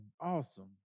awesome